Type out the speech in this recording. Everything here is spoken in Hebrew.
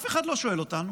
אף אחד לא שואל אותנו.